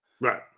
Right